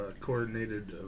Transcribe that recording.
coordinated